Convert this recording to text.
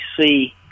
see